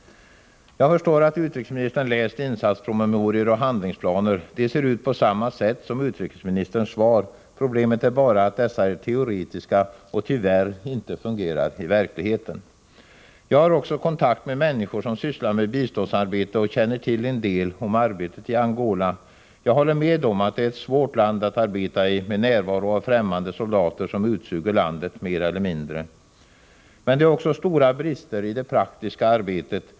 Jag förstår att utrikesministern läst insatspromemorior och handlingsplaner. De ser ut på samma sätt som utrikesministerns svar. Problemet är bara att dessa är teoretiska och tyvärr inte fungerar i verkligheten. Jag har också kontakt med människor som sysslar med biståndsarbete och känner till en del om arbetet i Angola. Jag håller med om att det är ett svårt land att arbeta i med närvaro av främmande soldater som utsuger landet mer eller mindre. Men det är också stora brister i det praktiska arbetet.